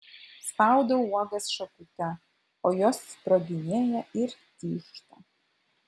spaudau uogas šakute o jos sproginėja ir tyžta